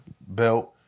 belt